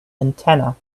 antenna